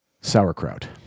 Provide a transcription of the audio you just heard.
Sauerkraut